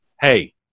Hey